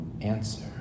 answer